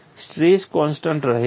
stress constant રહે છે